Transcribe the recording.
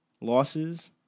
losses